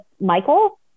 Michael